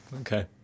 Okay